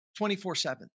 24-7